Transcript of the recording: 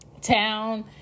town